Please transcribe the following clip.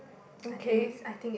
okay